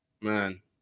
man